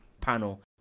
panel